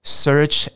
search